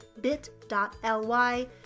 bit.ly